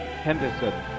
Henderson